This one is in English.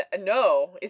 no